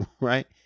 right